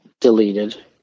deleted